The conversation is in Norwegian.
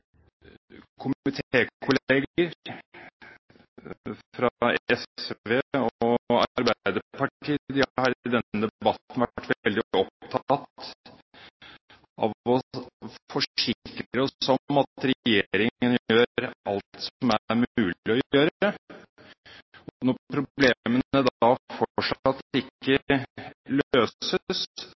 komitékolleger fra SV og Arbeiderpartiet har i denne debatten vært veldig opptatt av å forsikre oss om at regjeringen gjør alt som er mulig å gjøre, og når problemene da fortsatt ikke løses,